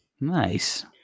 Nice